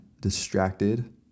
distracted